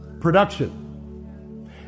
Production